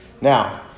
Now